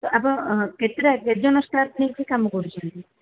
ତ ଆପଣ କେତେଟା କେତେ ଜଣ ଷ୍ଟାଫ୍ ନେଇକି କାମ କରୁଛନ୍ତି